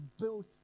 build